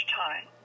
time